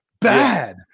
bad